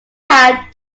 had